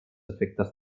efectes